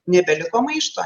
nebeliko maišto